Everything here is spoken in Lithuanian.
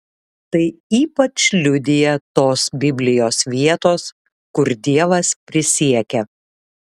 tai ypač liudija tos biblijos vietos kur dievas prisiekia